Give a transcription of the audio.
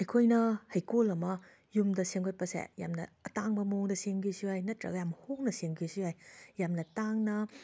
ꯑꯩꯈꯣꯏꯅ ꯍꯩꯀꯣꯜ ꯑꯃ ꯌꯨꯝꯗ ꯁꯦꯝꯒꯠꯄꯁꯦ ꯌꯥꯝꯅ ꯑꯇꯥꯡꯕ ꯃꯑꯣꯡꯗ ꯁꯦꯝꯒꯦꯁꯨ ꯌꯥꯏ ꯅꯠꯇ꯭ꯔꯒ ꯌꯥꯝꯅ ꯍꯣꯡꯅ ꯁꯦꯝꯒꯦꯁꯨ ꯌꯥꯏ ꯌꯥꯝꯅ ꯇꯥꯡꯅ